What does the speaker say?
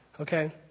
Okay